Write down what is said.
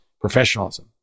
professionalism